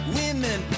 women